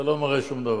אתה לא מראה שום דבר.